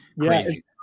crazy